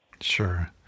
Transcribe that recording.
Sure